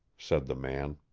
said the man.